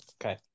Okay